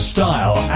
Style